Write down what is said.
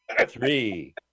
three